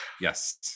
yes